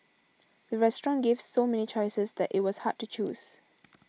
the restaurant gave so many choices that it was hard to choose